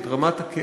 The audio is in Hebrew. את רמת הכאב,